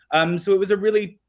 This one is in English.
um so it was a really